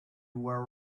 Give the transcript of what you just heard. were